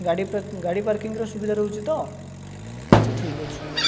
ଗାଡ଼ି ପାର୍କ ଗାଡ଼ି ପାର୍କିଂର ସୁବିଧା ରହୁଛି ତ ଅଚ୍ଛା ଠିକ୍ ଅଛି